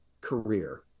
career